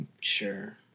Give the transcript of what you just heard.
Sure